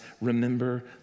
remember